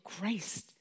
grace